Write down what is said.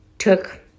took